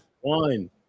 One